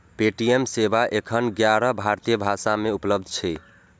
Paytm सेवा एखन ग्यारह भारतीय भाषा मे उपलब्ध छै